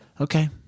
Okay